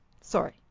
Sorry